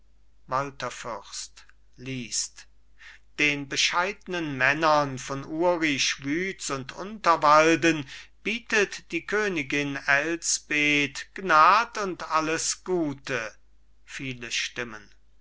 liest den bescheidnen männern von uri schwyz und unterwalden bietet die königin elsbeth gnad und alles gutes viele stimmen